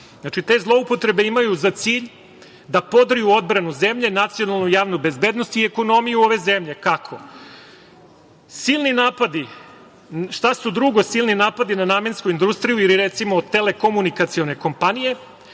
zloupotrebe imaju za cilj da podriju odbranu zemlje, nacionalnu javnu bezbednost i ekonomiju ove zemlje. Kako? Šta su drugo silni napadi na namensku industriju ili, recimo, telekomunikacione kompanije,